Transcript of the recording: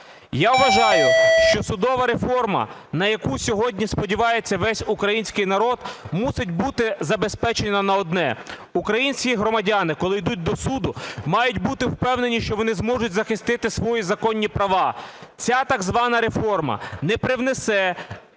Я вважаю, що судова реформа, на яку сьогодні сподівається весь український народ, мусить бути забезпечена на одне: українські громадяни, коли йдуть до суду, мають бути впевнені, що вони зможуть захистити свої законні права. Ця так звана реформа не привнесе